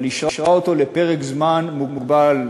אבל אישרה אותו לפרק זמן מוגבל,